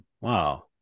Wow